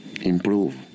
improve